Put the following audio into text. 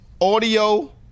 audio